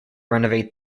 renovate